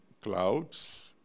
clouds